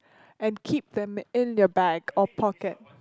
and keep them in your bag or pocket